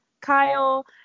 Kyle